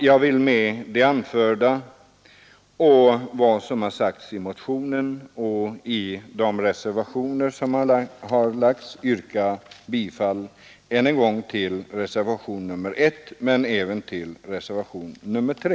Jag vill med det anförda och med hänvisning till vad som har sagts i motionen och i de reservationer som har avgetts yrka bifall än en gång till reservationen 1 och nu även till reservationen 3.